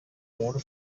more